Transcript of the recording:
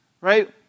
right